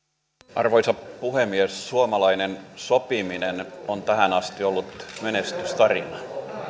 arvoisa puhemies suomalainen sopiminen on tähän asti ollut menestystarina